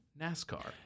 nascar